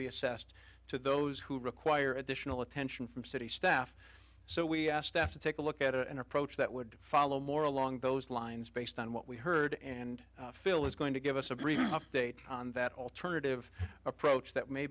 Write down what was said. be assessed to those who require additional attention from city staff so we have to take a look at an approach that would follow more along those lines based on what we heard and phil is going to give us a brief update on that alternative approach that may